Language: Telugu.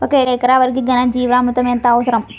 ఒక ఎకరా వరికి ఘన జీవామృతం ఎంత అవసరం?